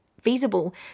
feasible